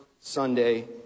Sunday